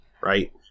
right